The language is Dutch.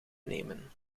nemen